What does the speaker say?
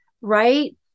right